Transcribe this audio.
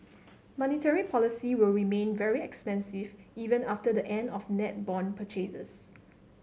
monetary policy will remain very expansive even after the end of net bond purchases